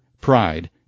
pride